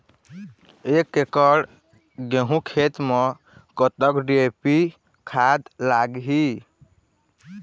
एकड़ गेहूं खेत म कतक डी.ए.पी खाद लाग ही?